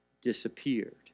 disappeared